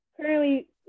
currently